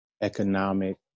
economic